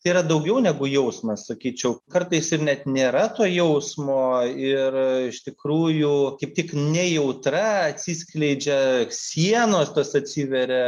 tai yra daugiau negu jausmas sakyčiau kartais ir net nėra to jausmo ir iš tikrųjų kaip tik nejautra atsiskleidžia sienos tas atsiveria